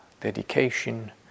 dedication